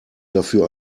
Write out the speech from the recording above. dafür